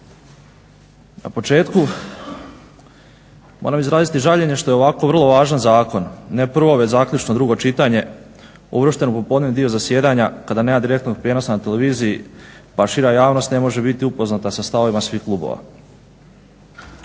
Na početku moram izraziti žaljenje što je ovako vrlo važan zakon, ne prvo već zaključno drugo čitanje, uvršteno u popodnevni dio zasjedanja kada nema direktnog prijenosa na televiziji, pa šira javnost ne može biti upoznata sa stavovima svih klubova.